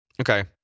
Okay